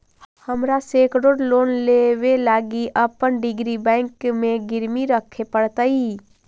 हमरा secured loan लेबे लागी अपन डिग्री बैंक के गिरवी रखे पड़तई